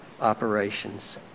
operations